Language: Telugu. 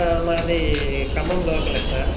మాది ఖమం లోకలే సార్